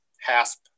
hasp